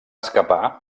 escapar